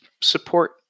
support